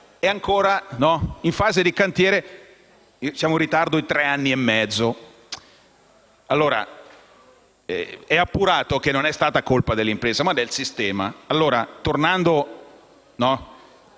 è ancora in fase di cantiere (siamo in ritardo di tre anni e mezzo). È allora appurato che non è stata colpa dell'impresa, ma del sistema. Tornando